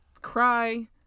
Cry